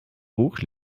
hoch